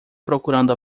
procurando